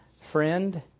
friend